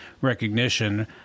recognition